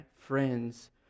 friends